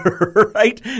Right